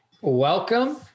welcome